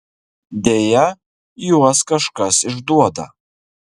deja juos kažkas išduoda